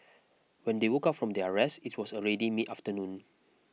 when they woke up from their rest it was already midafternoon